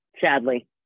sadly